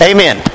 Amen